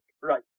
right